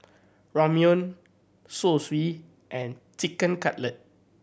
Ramyeon Zosui and Chicken Cutlet